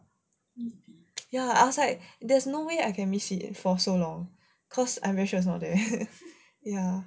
ya I was like there's no way I can miss it for so long cause I'm very sure it's not there ya